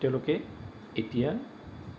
তেওঁলোকে এতিয়া